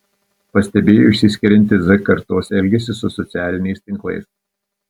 pastebėjo išsiskiriantį z kartos elgesį su socialiniais tinklais